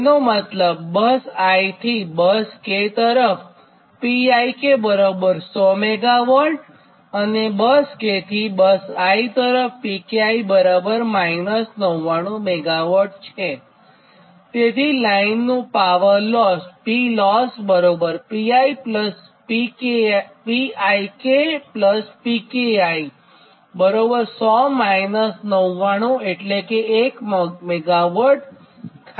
તેનો મતલબ bus i થી k તરફ Pik 100 મેગાવોટ અને બસ k થી i તરફ Pki 99 મેગાવોટ છે તેથી લાઇનનું power loss Ploss Pik Pki 100 99 1 megawatt થાય